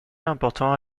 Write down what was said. important